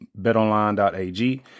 BetOnline.ag